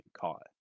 caught